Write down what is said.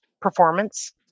performance